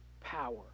power